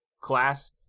class